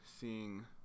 seeing